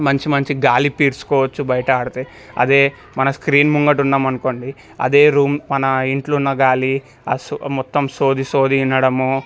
మంచి మంచి గాలి పీల్చుకోవచ్చు బయట ఆడితే అదే మన స్క్రీన్ ముందర ఉన్నాము అనుకోండి అదే రూమ్ మన ఇంట్లో ఉన్న గాలి మొత్తం సోది సోది వినడము